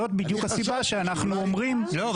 זאת בדיוק הסיבה שאנחנו אומרים --- לא,